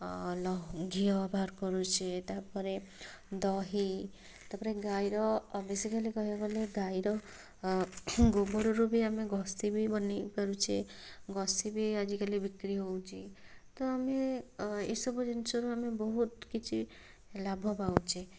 ଅ ଲହୁ ଘିଅ ବାହାର କରୁଛେ ତାପରେ ଦହି ତାପରେ ଗାଈର ବେସିକାଲି କହିବାକୁ ଗଲେ ଗାଈର ଗୋବରରୁ ବି ଆମେ ଘଷି ବି ବନେଇ ପାରୁଛେ ଘଷି ବି ଆଜିକାଲି ବିକ୍ରି ହେଉଛି ତ ଆମେ ଏସବୁ ଜିନିଷରୁ ଆମେ ବହୁତ କିଛି ଲାଭ ପାଉଛେ